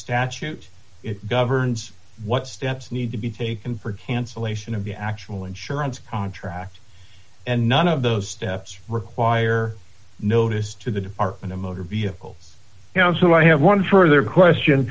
statute it governs what steps need to be taken for cancellation of the actual insurance contract and none of those steps require notice to the department of motor vehicles you know so i have one further question